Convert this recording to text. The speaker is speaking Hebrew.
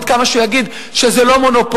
עד כמה שהוא יגיד שזה לא מונופול,